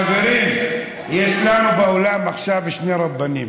חברים, יש לנו באולם עכשיו שני רבנים,